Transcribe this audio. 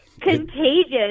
contagious